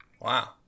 Wow